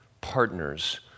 partners